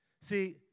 See